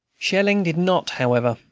shelling did not, however,